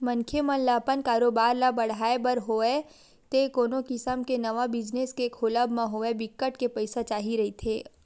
मनखे मन ल अपन कारोबार ल बड़हाय बर होवय ते कोनो किसम के नवा बिजनेस के खोलब म होवय बिकट के पइसा चाही रहिथे